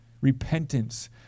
Repentance